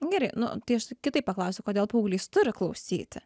gerai nu tai aš kitaip paklausiu kodėl paauglys turi klausyti